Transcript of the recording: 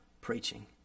preaching